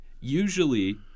usually